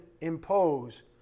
impose